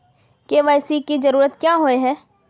KYC की जरूरत क्याँ होय है?